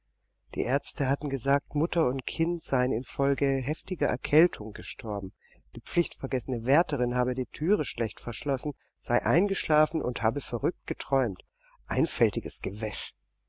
die aerzte hatten gesagt mutter und kind seien infolge heftiger erkältung gestorben die pflichtvergessene wärterin habe die thüre schlecht verschlossen sei eingeschlafen und habe verrückt geträumt einfältiges gewäsch